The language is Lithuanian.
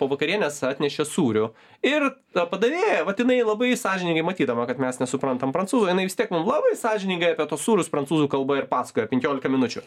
po vakarienės atnešė sūrio ir ta padavėja vat jinai labai sąžiningai matydama kad mes nesuprantam prancūzų jinai vis tiek mum labai sąžiningai apie tuos sūrius prancūzų kalba ir pasakoja penkiolika minučių